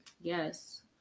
Yes